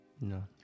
No